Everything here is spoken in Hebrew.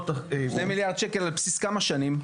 שתי מיליארד שקל על בסיס כמה שנים?